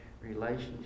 relationship